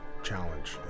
challenge